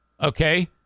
Okay